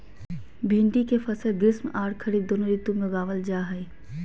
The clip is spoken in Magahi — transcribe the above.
भिंडी के फसल ग्रीष्म आर खरीफ दोनों ऋतु में उगावल जा हई